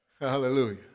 Hallelujah